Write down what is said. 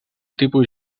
tipus